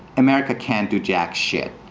america can't do jack shit.